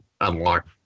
unlock